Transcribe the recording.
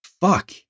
Fuck